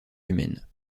humaines